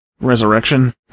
resurrection